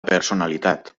personalitat